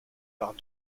pars